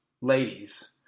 ladies